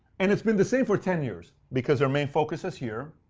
and it's been the same for ten years, because their main focus is here